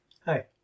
Hi